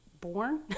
born